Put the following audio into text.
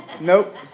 Nope